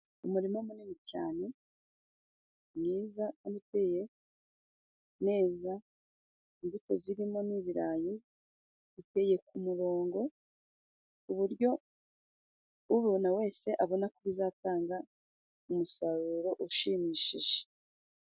Umurima munini cyane mwiza uteye neza, imbuto zirimo n'ibirayi uteye ku murongo ku uburyo ubona wese, abona ko bizatanga umusaruro ushimishije.